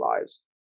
lives